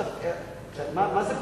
מה זה פתיחות?